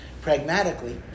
pragmatically